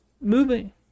moving